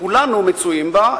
שכולנו מצויים בה,